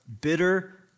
bitter